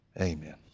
amen